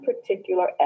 particular